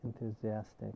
Enthusiastic